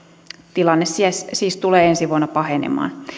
tilanne siis siis tulee ensi vuonna pahenemaan